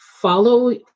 follow